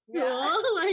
cool